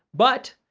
but,